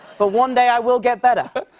but one day, i will get better.